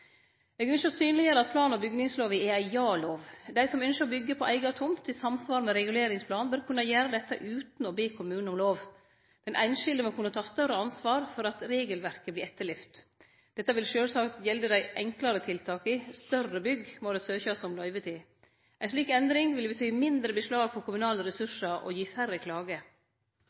Eg ynskjer å synleggjere at plan- og bygningslova er ei ja-lov. Dei som ynskjer å byggje på eiga tomt i samsvar med reguleringsplanen, bør kunne gjere dette utan å be kommunen om lov. Den einskilde må kunne ta større ansvar for at regelverket vert etterlevd. Dette vil sjølvsagt gjelde dei enklare tiltaka, større bygg må det søkjast om løyve til. Ei slik endring vil bety mindre beslag på kommunale ressursar – og gi færre klager.